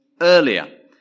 earlier